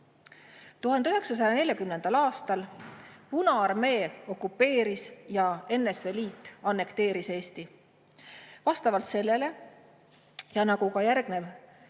1940. aastal Punaarmee okupeeris ja NSV Liit annekteeris Eesti. Vastavalt sellele, nagu ka järgnenud